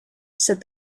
said